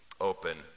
open